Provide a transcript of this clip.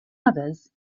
others